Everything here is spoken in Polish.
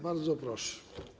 Bardzo proszę.